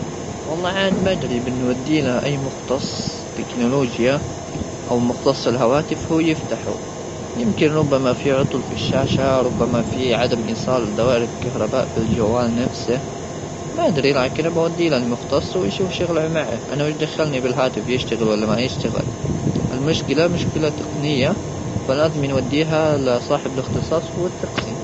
والله عاد ما ادري بنودي له اي مختص تكنولوجيا, او مختص الهواتف هو يفتحوا يمكن ربما في عطل في الشاشه ,ربما في عدم ايصال دوائر الكهرباء في الجوال نفسه ما ادري لكن بودي للمختص ,ويشوف شغله معه انا ايش دخلني بالهاتف يشتغل ولا ما يشتغل المشكله مشكله تقنيه فلازم نوديها لصاحب الاختصاص هو <غير مفهوم>.